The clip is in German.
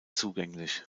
zugänglich